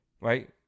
Right